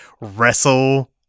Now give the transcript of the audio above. wrestle